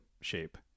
shape